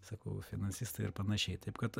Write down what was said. sakau finansistai ir panašiai taip kad